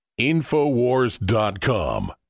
Infowars.com